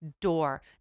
door